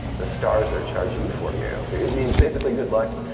the stars are charging for you. it means basically good luck,